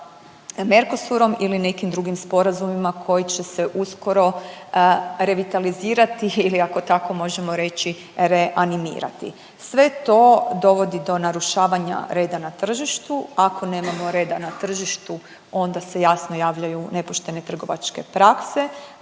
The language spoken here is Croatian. sa Nerkosurom ili nekim drugim sporazumima koji će se uskoro revitalizirati ili ako tako možemo reći reanimirati. Sve to dovodi do narušavanju reda na tržištu, ako nemamo reda na tržištu onda se jasno javljaju nepoštene trgovačke prakse,